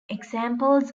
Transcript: examples